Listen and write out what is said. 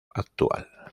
actual